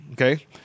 okay